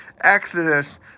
Exodus